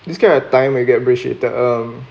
describe a time where you get appreciated um